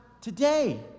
Today